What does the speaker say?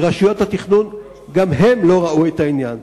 כי רשויות התכנון לא ראו את העניין.